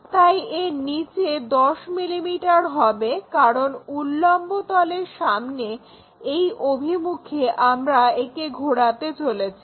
তাই এর নিচে 10 mm হবে কারণ উল্লম্ব তলের সামনে এই অভিমুখে আমরা একে ঘোরাতে চলেছি